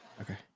Okay